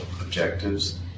objectives